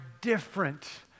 different